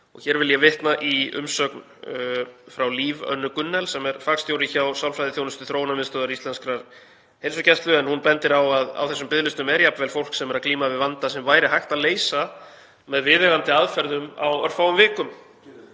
Hér vil ég vitna í umsögn frá Liv Önnu Gunnel, fagstjóra hjá sálfræðiþjónustu Þróunarmiðstöðvar íslenskrar heilsugæslu, en hún bendir á að á þessum biðlistum sé jafnvel fólk sem er að glíma við vanda sem væri hægt að leysa með viðeigandi aðferðum á örfáum vikum,